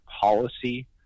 policy